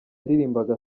yaririmbaga